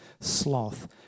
Sloth